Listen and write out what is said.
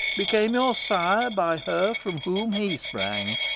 became your sire by her from whom he sprang.